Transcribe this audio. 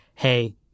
hey